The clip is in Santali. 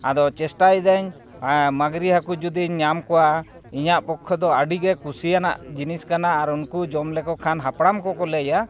ᱟᱫᱚ ᱪᱮᱥᱴᱟᱭ ᱮᱫᱟᱹᱧ ᱢᱟᱺᱜᱽᱨᱤ ᱦᱟᱹᱠᱩ ᱡᱩᱫᱤᱧ ᱧᱟᱢ ᱠᱚᱣᱟ ᱤᱧᱟᱹᱜ ᱯᱚᱠᱠᱷᱮ ᱫᱚ ᱟᱹᱰᱤᱜᱮ ᱠᱩᱥᱤᱭᱟᱱᱟᱜ ᱡᱤᱱᱤᱥ ᱠᱟᱱᱟ ᱟᱨ ᱩᱱᱠᱩ ᱡᱚᱢ ᱞᱮᱠᱚ ᱠᱷᱟᱱ ᱦᱟᱯᱲᱟᱢ ᱠᱚᱠᱚ ᱞᱟᱹᱭᱟ